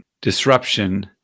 disruption